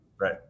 Right